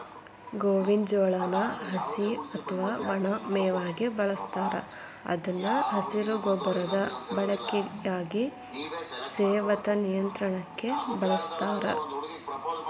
ಗೋವಿನ ಜೋಳಾನ ಹಸಿ ಅತ್ವಾ ಒಣ ಮೇವಾಗಿ ಬಳಸ್ತಾರ ಇದನ್ನು ಹಸಿರು ಗೊಬ್ಬರದ ಬೆಳೆಯಾಗಿ, ಸವೆತ ನಿಯಂತ್ರಣಕ್ಕ ಬಳಸ್ತಾರ